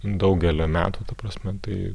daugelio metų ta prasme tai